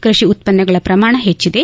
ಕೃಷಿ ಉತ್ಪನ್ನಗಳ ಪ್ರಮಾಣ ಹೆಚ್ಚಿದೆ